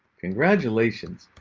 congratulations.